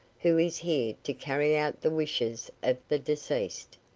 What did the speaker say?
who is here to carry out the wishes of the deceased.